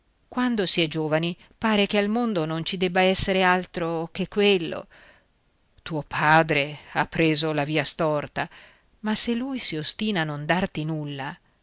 quando si è giovani pare che al mondo non ci debba essere altro che quello tuo padre ha preso la via storta ma se lui si ostina a non darti nulla